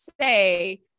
say